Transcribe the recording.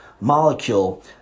molecule